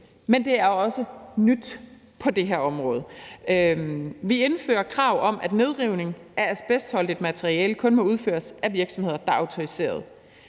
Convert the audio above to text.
men det er også nyt på det her område. Vi indfører krav om, at nedrivning af asbestholdigt materiale kun må udføres af virksomheder, der er autoriserede,